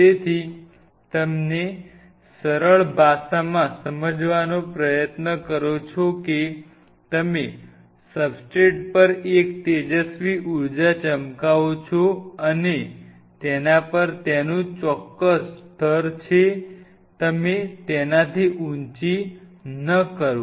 તેથી તમે સરળ ભાષામાં સમજવાનો પ્રયત્ન કરો છો કે તમે સબસ્ટ્રેટ પર એક તેજસ્વી ઊર્જા ચમકાવો છો અને તેના પર તેનું ચોક્કસ સ્તર છે તમે તેનાથી ઊંચી ન કરો